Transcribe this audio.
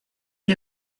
and